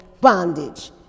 bondage